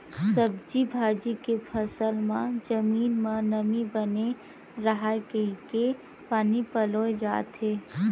सब्जी भाजी के फसल म जमीन म नमी बने राहय कहिके पानी पलोए जाथे